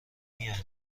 میایم